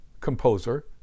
composer